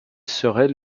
serait